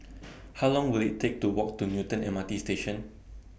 How Long Will IT Take to Walk to Newton M R T Station